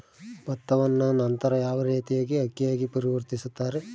ಭತ್ತವನ್ನ ನಂತರ ಯಾವ ರೇತಿಯಾಗಿ ಅಕ್ಕಿಯಾಗಿ ಪರಿವರ್ತಿಸುತ್ತಾರೆ?